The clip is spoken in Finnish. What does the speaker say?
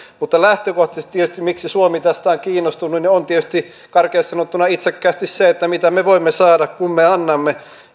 mutta lähtökohtaisesti tietysti se miksi suomi tästä on kiinnostunut on karkeasti sanottuna itsekkäästi se mitä me voimme saada kun me annamme